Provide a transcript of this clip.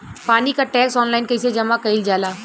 पानी क tax online कईसे जमा कईल जाला?